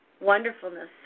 wonderfulness